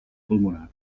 pulmonar